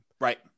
Right